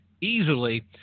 easily